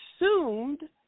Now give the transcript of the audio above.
assumed